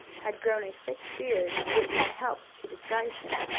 had grown a thick beard, which had helped to disguise him.